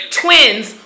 twins